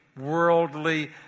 worldly